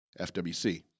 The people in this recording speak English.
FWC